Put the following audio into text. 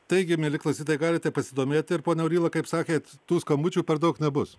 taigi mieli klausytojai galite pasidomėti ir pone auryla kaip sakėt tų skambučių per daug nebus